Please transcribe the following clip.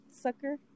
sucker